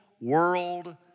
world